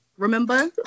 Remember